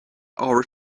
our